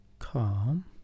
calm